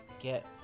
get